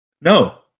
No